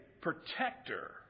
protector